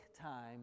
time